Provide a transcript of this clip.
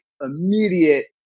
immediate